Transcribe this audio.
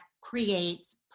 creates